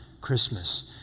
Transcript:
Christmas